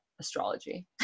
astrology